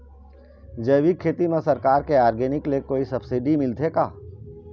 जैविक खेती म सरकार के ऑर्गेनिक ले कोई सब्सिडी मिलथे का?